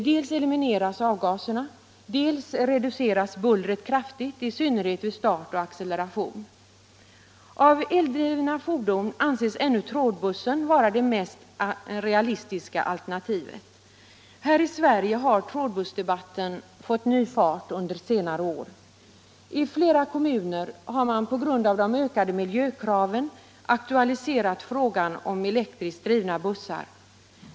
Dels elimineras avgaserna, dels reduceras bullret kraftigt, i synnerhet vid start och acceleration. Av eldrivna fordon anses ännu trådbussen vara det mest realistiska alternativet. Här i Sverige har trådbussdebatten fått ny fart under senare år. I flera kommuner har man på grund av de ökade miljökraven aktualiserat frågan om elektriskt drivna bussar.